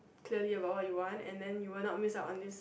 clearly about what you want and then you will not miss out on this